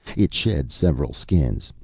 it shed several skins,